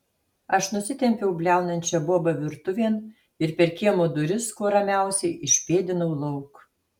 aš nusitempiau bliaunančią bobą virtuvėn ir per kiemo duris kuo ramiausiai išpėdinau lauk